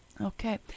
okay